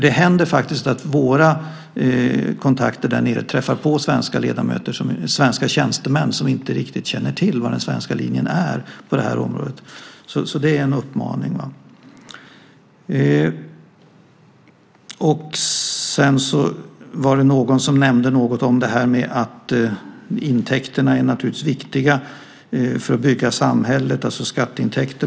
Det händer faktiskt att våra kontakter där nere träffar på svenska tjänstemän som inte riktigt känner till vad den svenska linjen är på det här området. Så det är en uppmaning. Sedan var det någon som nämnde något om att skatteintäkterna naturligtvis är viktiga för att bygga samhället.